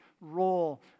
role